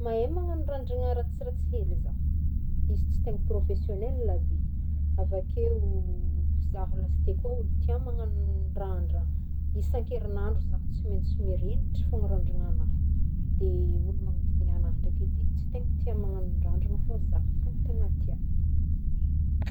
Mahay magnagno randragna ratsiratsy hely za, izy tsy tegny professionnel be, avy akeo za lasiteo koa olo tia magnagno randra, isankerinandro za tsy maintsy miregnitry fogna randranagnahy, de olo manodidina agnahy ndraiky edy tsy tegny tia magnagno randrana za fogny tegna tià.